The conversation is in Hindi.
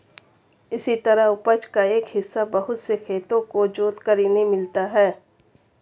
इसी तरह उपज का एक हिस्सा बहुत से खेतों को जोतकर इन्हें मिलता है